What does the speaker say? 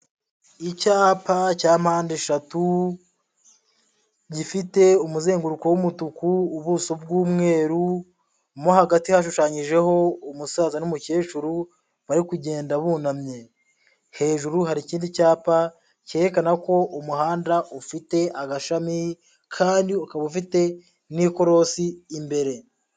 Icyapa cya mpande eshatu gifite umuzenguruko w'umutuku, ubuso bw'umweru, mo hagati hashushanyijeho umusaza n'umukecuru bari kugenda bunamye. Hejuru hari ikindi cyapa cyerekana ko umuhanda ufite agashami kandi ukaba ufite n'ikorosi imbere.